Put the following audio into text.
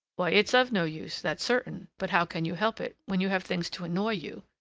why, it's of no use, that's certain but how can you help it, when you have things to annoy you?